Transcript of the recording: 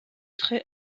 traits